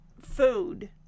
food